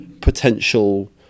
potential